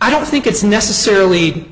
i don't think it's necessarily